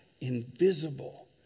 invisible